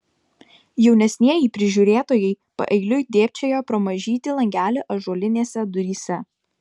jaunesnieji prižiūrėtojai paeiliui dėbčiojo pro mažytį langelį ąžuolinėse duryse